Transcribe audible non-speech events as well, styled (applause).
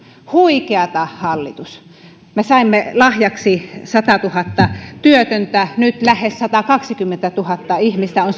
huikeata hallitus me saimme lahjaksi satatuhatta työtöntä nyt lähes satakaksikymmentätuhatta ihmistä on (unintelligible)